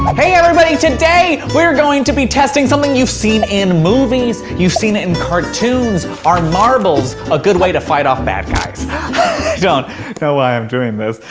hey everybody, today we're going to be testing something you've seen in movies, you've seen it in cartoons. are marbles a good way to fight off bad guys? i don't know why i'm doing this.